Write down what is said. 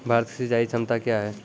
भारत की सिंचाई क्षमता क्या हैं?